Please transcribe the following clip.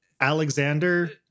Alexander